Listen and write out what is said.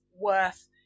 worth